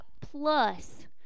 plus